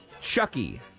Chucky